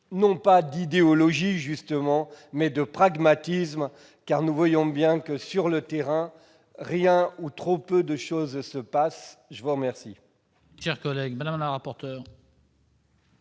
non pas d'idéologie justement, mais de pragmatisme, car nous voyons bien que, sur le terrain, rien ou trop peu de choses se passent. Quel